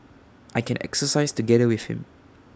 I can exercise together with him